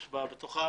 וואלה, המצב בתחום